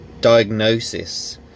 diagnosis